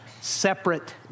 separate